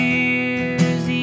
Year's